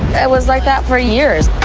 it was like that for years.